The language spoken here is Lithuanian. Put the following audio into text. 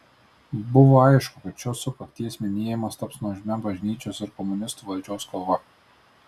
buvo aišku kad šios sukakties minėjimas taps nuožmia bažnyčios ir komunistų valdžios kova